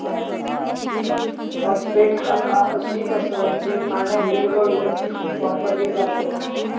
phosphate खता अशी असत जी पाण्यात विरघळवून वापरली जातत